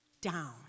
down